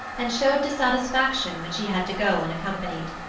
and showed dissatisfaction when she had to go unaccompanied.